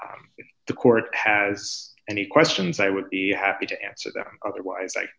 the court has any questions i would be happy to answer them otherwise i